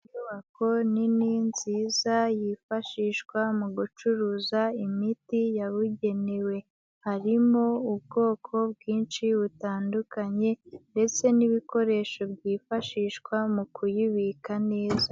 Inyubako nini nziza yifashishwa mu gucuruza imiti yabugenewe. Harimo ubwoko bwinshi butandukanye ndetse n'ibikoresho byifashishwa mu kuyibika neza.